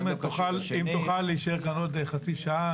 אם תוכל להישאר כאן עוד חצי שעה,